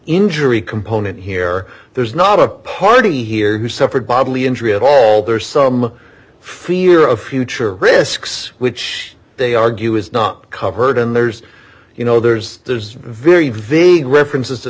injury component here there's not a party here who suffered bodily injury at all there is some fear of future risks which they argue is not covered and there's you know there's there's very very big references to